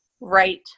right